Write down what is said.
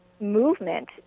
movement